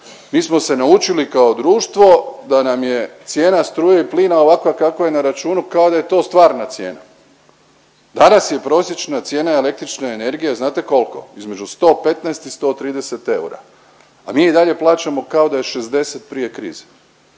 Mi smo se naučili kao društvo da nam je cijena struje i plina ovakva kakva je na računu kao da je to stvarna cijena. Danas je prosječna cijena električne energije, znate kolko, između 115 i 130 eura, a mi i dalje plaćamo kao da je 60 prije krize.